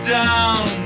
down